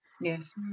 Yes